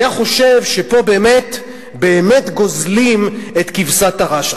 היה חושב שפה באמת גוזלים את כבשת הרש.